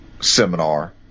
seminar